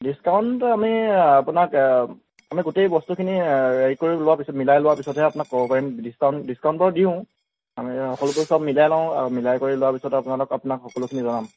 ডিছকাউণ্টতো আমি আপোনাক আমি গোটেই বস্তুখিনি হেৰি কৰি লোৱাৰ পিছত মিলাই লোৱাৰ পিছতহে আপোনাক ক'ব পাৰিম ডিছকাউণ্ট ডিছকাউণ্ট বাৰু দিওঁ আমি সকলোবোৰ চব মিলাই লওঁ আৰু মিলাই কৰি লোৱা পিছত আৰু আপোনাক সকলোখিনি জনাম